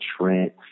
Trent